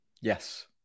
Yes